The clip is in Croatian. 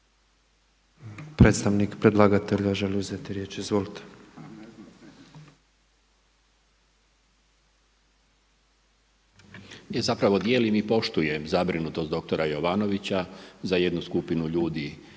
Predstavnik predlagatelja želi uzeti riječ. Izvolite. **Kujundžić, Milan (HDZ)** ja zapravo dijelim i poštujem zabrinutost doktora Jovanovića za jednu skupinu ljudi